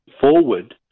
forward